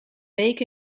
week